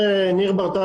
מדבר ניר ברטל,